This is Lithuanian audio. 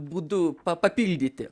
būdu pa papildyti